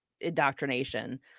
indoctrination